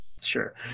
sure